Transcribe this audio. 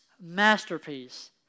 masterpiece